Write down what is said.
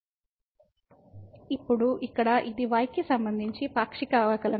fy x 0 ఇప్పుడు ఇక్కడ ఇది y కి సంబంధించి పాక్షిక అవకలనం